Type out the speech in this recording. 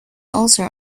ulcer